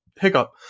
Hiccup